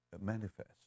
manifest